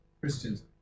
Christians